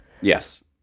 Yes